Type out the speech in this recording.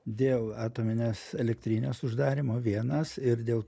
dėl atominės elektrinės uždarymo vienas ir dėl